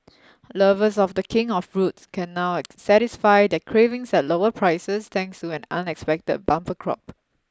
lovers of the king of fruits can now satisfy their cravings at lower prices thanks to an unexpected bumper crop